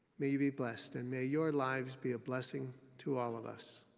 may you be blessed and may your lives be a blessing to all of us.